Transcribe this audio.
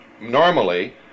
normally